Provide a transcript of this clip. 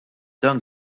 dan